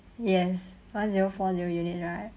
yes one zero four zero units right